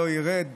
לא ירד.